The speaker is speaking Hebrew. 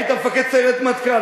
היית מפקד סיירת מטכ"ל.